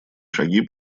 шаги